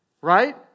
right